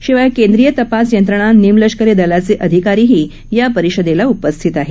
शिवाय केंद्रीय तपास यंत्रणा निमलष्करी दलाचे अधिकारीही या परिषदेला उपस्थित आहेत